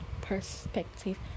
perspective